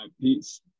Peace